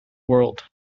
world